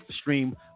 stream